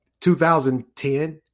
2010